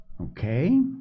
Okay